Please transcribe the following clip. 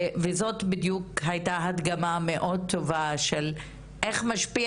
וזאת בדיוק הייתה הדגמה מאוד טובה של איך משפיע